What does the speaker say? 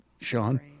Sean